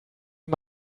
die